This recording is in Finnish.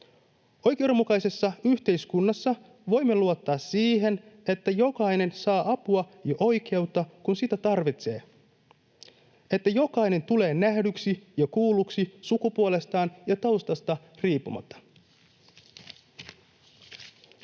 Oikeudenmukaisessa yhteiskunnassa voimme luottaa siihen, että jokainen saa apua ja oikeutta, kun sitä tarvitsee, että jokainen tulee nähdyksi ja kuulluksi sukupuolestaan tai taustastaan riippumatta. [Speech